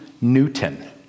Newton